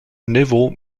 neveu